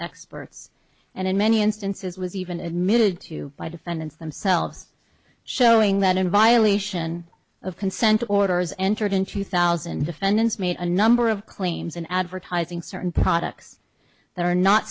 experts and in many instances was even admitted to by defendants themselves showing that in violation of consent orders entered in two thousand defendants made a number of claims in advertising certain products that are not